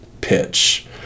pitch